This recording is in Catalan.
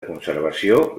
conservació